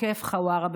עוקף חווארה,